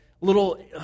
little